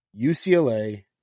UCLA